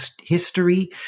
history